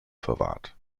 verwahrt